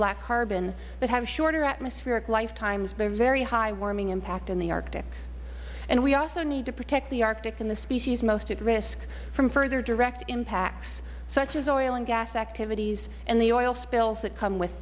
black carbon that have shorter atmospheric lifetimes for a very high warming impact on the arctic and we also need to protect the arctic in the species most at risk from further direct impacts such as oil and gas activities and the oil spills that come with